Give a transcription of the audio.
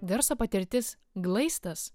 garso patirtis glaistas